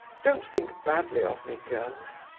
don't think badly of me, girls.